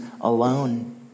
alone